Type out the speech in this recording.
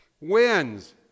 wins